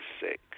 sick